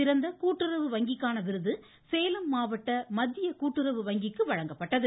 சிறந்த கூட்டுறவு வங்கிக்கான விருது சேலம் மாவட்ட மத்திய கூட்டுறவு வங்கிக்கும் வழங்கப்பட்டது